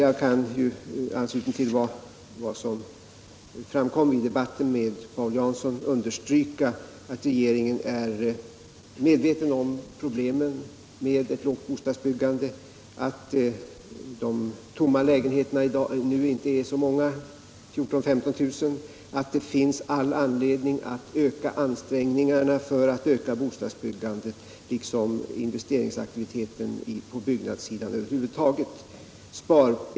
Jag kan i anslutning till vad som framkom i debatten med Paul Jansson understryka att regeringen är medveten om problemen med det låga bostadsbyggandet, att de tomma lägenheterna nu inte är så många — 14 000-15 000 —-och att det finns all anledning att öka ansträngningarna för att främja bostadsbyggandet, liksom investeringsaktiviteten på byggnadssidan över huvud taget.